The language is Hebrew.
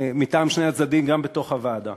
מטעם שני הצדדים, גם בתוך הוועדה.